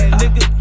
nigga